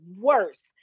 worse